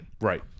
Right